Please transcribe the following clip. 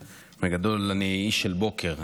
בגדול אני איש של בוקר.